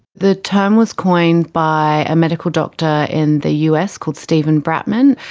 the term was coined by a medical doctor in the us called steven bratman.